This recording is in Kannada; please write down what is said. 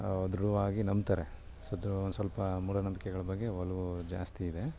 ದೃಢವಾಗಿ ನಂಬ್ತಾರೆ ಅದು ಒಂದ್ಸ್ವಲ್ಪ ಮೂಢನಂಬಿಕೆಗಳ ಬಗ್ಗೆ ಒಲವು ಜಾಸ್ತಿ ಇದೆ